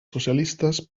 socialistes